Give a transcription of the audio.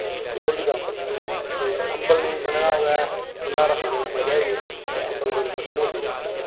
Connolly दा अम्बल ते अम्बल नेईं बने दा होऐ भंडारा खाने दा मजा ही नि ते अम्बल बनदा कनोली दा